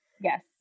yes